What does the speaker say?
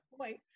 point